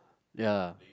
ya